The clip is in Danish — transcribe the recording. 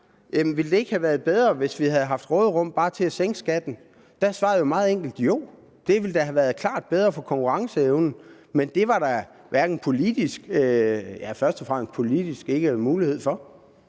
ikke det ville have været bedre, hvis vi havde haft råderum til bare at sænke skatten. Der svarer jeg meget enkelt: Jo, det ville da have været klart bedre for konkurrenceevnen, men det var der først og fremmest politisk ikke mulighed for.